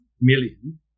million